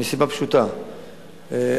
מסיבה פשוטה,